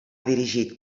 dirigit